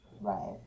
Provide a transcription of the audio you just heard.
right